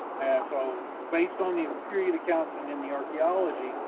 and so based on the period accounts and then the archaeology,